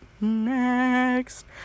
next